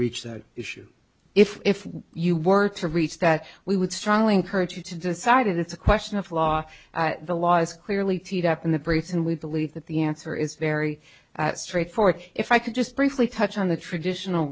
reach that issue if you were to reach that we would strongly encourage you to decide it's a question of law the law is clearly teed up in the briefs and we believe that the answer is very straightforward if i could just briefly touch on the traditional